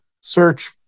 search